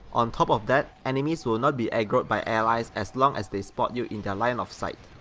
on top of that, enemies will not be aggrod by allies as long as they spot you in their line of sight,